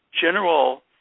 general